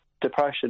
depression